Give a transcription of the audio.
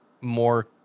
more